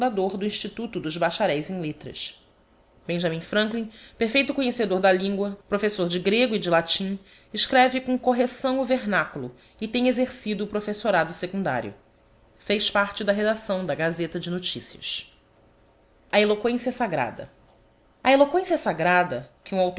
fundador do instituto dos bacharéis em letras benjamin franklin perfeito conhecedor da lingua professor de grego e de latim escreve com correcção o vernáculo e tem exercido o professorado secundário fez parte da redacção da gaaeta de noticias a eloquência sagrada a eloquência sagrada que